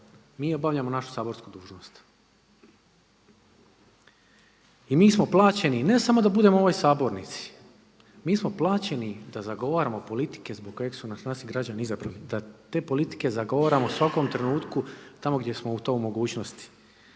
mi obavljamo našu saborsku dužnost. I mi smo plaćeni ne samo da budemo u ovoj sabornici, mi smo plaćeni da zagovaramo politike zbog kojeg su nas naši građani izabrali, da te politike zagovaramo u svakom trenutku tamo gdje smo to u mogućnosti.